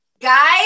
Guys